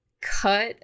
cut